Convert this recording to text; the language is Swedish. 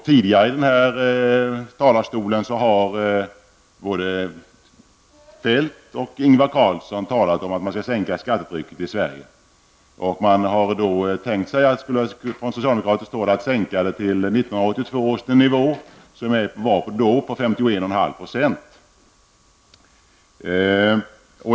Tidigare har både Kjell-Olof Feldt och Ingvar Carlsson talat i denna talarstol om att sänka skattetrycket i Sverige. Man har från socialdemokratiskt håll tänkt sig att sänka skattetrycket till 1982 års nivå, då det var 51,5 %.